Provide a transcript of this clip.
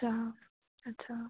আচ্ছা আচ্ছা